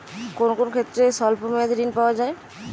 কোন কোন ক্ষেত্রে স্বল্প মেয়াদি ঋণ পাওয়া যায়?